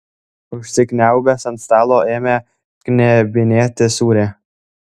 užsikniaubęs ant stalo ėmė knebinėti sūrį